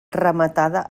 rematada